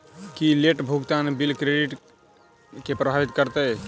की late भुगतान bill credit केँ प्रभावित करतै?